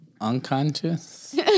unconscious